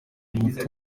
nti